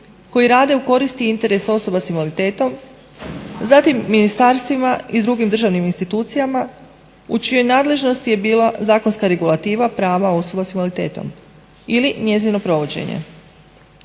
koji rade u korist i interes osoba sa invaliditetom. Zatim ministarstvima i drugim državnim institucijama u čijoj je nadležnosti bila zakonska regulativa prava osoba sa invaliditetom ili njezino provođenje.